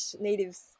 natives